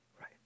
right